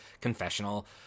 confessional